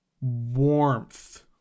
warmth